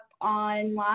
online